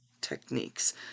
techniques